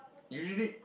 usually